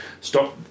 stop